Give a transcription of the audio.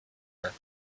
her